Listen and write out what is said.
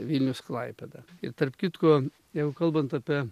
vilnius klaipėda ir tarp kitko jeigu kalbant apie